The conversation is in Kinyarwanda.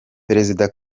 perezida